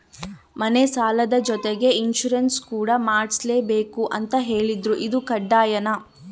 ಮನೆ ಸಾಲದ ಜೊತೆಗೆ ಇನ್ಸುರೆನ್ಸ್ ಕೂಡ ಮಾಡ್ಸಲೇಬೇಕು ಅಂತ ಹೇಳಿದ್ರು ಇದು ಕಡ್ಡಾಯನಾ?